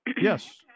Yes